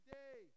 day